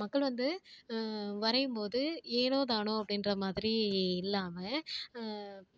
மக்கள் வந்து வரையும் போது ஏனோ தானோ அப்படின்ற மாதிரி இல்லாமல்